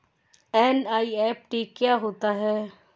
NEFT क्या होता है?